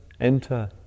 enter